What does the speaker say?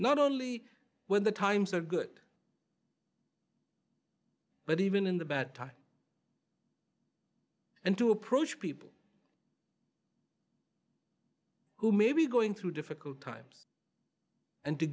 not only when the times are good but even in the bad times and to approach people who may be going through difficult times and to